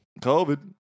COVID